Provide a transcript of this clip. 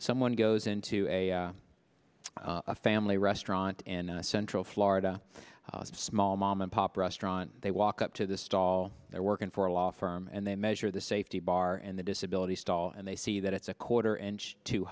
someone goes into a family strawn in central florida small mom and pop restaurant they walk up to the stall they're working for a law firm and they measure the safety bar and the disability stall and they see that it's a quarter inch too